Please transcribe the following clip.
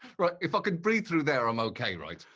right, if i could breathe through there, i'm okay, right.